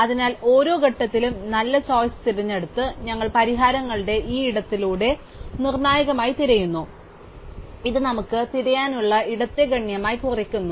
അതിനാൽ ഓരോ ഘട്ടത്തിലും നല്ല ചോയ്സ് തിരഞ്ഞെടുത്ത് ഞങ്ങൾ പരിഹാരങ്ങളുടെ ഈ ഇടത്തിലൂടെ നിർണ്ണായകമായി തിരയുന്നു ഇത് നമുക്ക് തിരയാനുള്ള ഇടത്തെ ഗണ്യമായി കുറയ്ക്കുന്നു